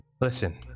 listen